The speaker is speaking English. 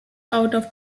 out